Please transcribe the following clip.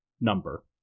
number